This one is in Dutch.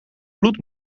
bloed